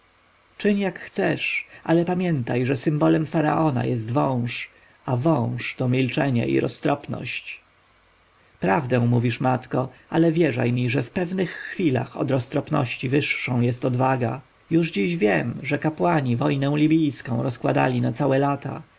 czyń jak chcesz ale pamiętaj że symbolem faraona jest wąż a wąż to milczenie i roztropność prawdę mówisz matko ale wierzaj mi że w pewnych razach wyższą jest odwaga już dziś wiem że kapłani wojnę libijską rozkładali na całe lata